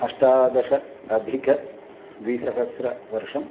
अष्टादशाधिकद्विसहस्रवर्षम्